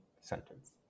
sentence